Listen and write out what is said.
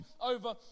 over